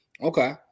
Okay